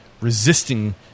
resisting